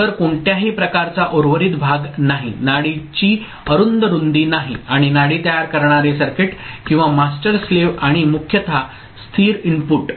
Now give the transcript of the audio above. तर कोणत्याही प्रकारचा उर्वरित मार्ग नाही नाडीची अरुंद रुंदी नाही आणि नाडी तयार करणारे सर्किट किंवा मास्टर स्लेव्ह आणि मुख्यतः स्थिर इनपुट